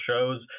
shows